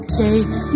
take